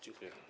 Dziękuję.